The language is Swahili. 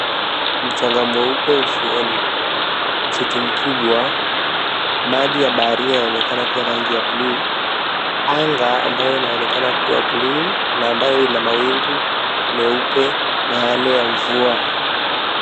Mchanga mweupe ufuoni, msitu mkubwa, maji ya baharini yanaonekana kuwa rangi ya buluu, anga ambayo inaonekana kuwa ya buluu na ambayo ina mawingu meupe na yale ya mvua.